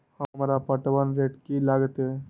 हमरा पटवन रेट की लागते?